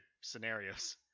scenarios